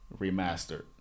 remastered